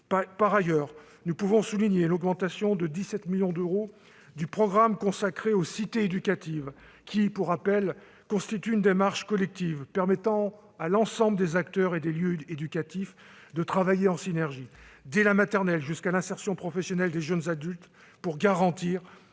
Par ailleurs, nous pouvons saluer l'augmentation de 17 millions d'euros du programme consacré aux cités éducatives qui, pour rappel, constituent une démarche collective permettant à l'ensemble des acteurs et des lieux éducatifs de travailler en synergie dès la maternelle jusqu'à l'insertion professionnelle des jeunes adultes pour garantir